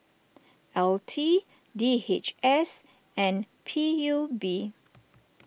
LT D H S and P U B